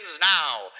now